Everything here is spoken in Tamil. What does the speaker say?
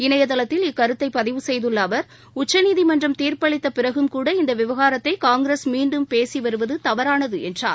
இணையதளத்தில் இக்கருத்தைபதிவு செய்துள்ளஅவர் உச்சநீதிமன்றம் தீர்ப்பளித்தபிறகும் கூட இந்தவிவகாரத்தைகாங்கிரஸ் மீண்டும் பேசிவருவதுதவறானதுஎன்றார்